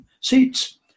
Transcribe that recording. seats